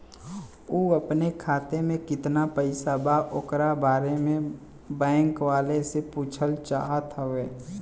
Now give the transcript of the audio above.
उ अपने खाते में कितना पैसा बा ओकरा बारे में बैंक वालें से पुछल चाहत हवे?